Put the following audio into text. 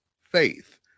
faith